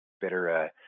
better